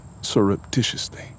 surreptitiously